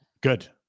Good